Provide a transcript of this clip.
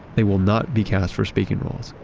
they will not be cast for speaking roles,